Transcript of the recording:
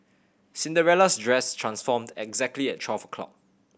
Cinderella's dress transformed exactly at twelve o'clock